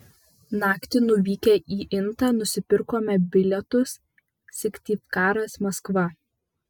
naktį nuvykę į intą nusipirkome bilietus syktyvkaras maskva